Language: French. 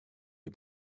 les